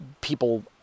people